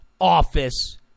office